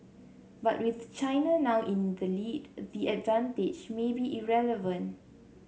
but with China now in the lead the advantage may be irrelevant